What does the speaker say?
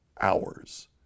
hours